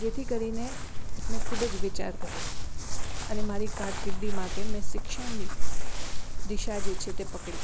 જેથી કરીને મેં ખૂબ જ વિચાર કર્યો અને મારી કારકિર્દી માટે મેં શિક્ષણની દિશા જે છે તે પકડી